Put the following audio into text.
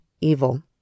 evil